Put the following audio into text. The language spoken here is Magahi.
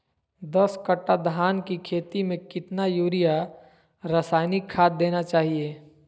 दस कट्टा धान की खेती में कितना यूरिया रासायनिक खाद देना चाहिए?